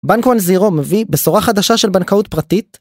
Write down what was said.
בנק וואן זירו מביא בשורה חדשה של בנקאות פרטית